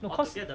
oh because